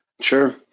Sure